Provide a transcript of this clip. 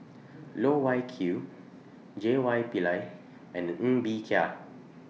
Loh Wai Kiew J Y Pillay and Ng Bee Kia